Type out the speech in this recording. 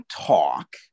talk